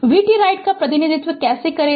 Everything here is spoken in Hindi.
vt राइट का प्रतिनिधित्व कैसे करेगा